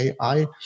AI